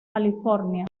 california